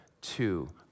Two